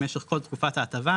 במשך כל תקופת ההטבה,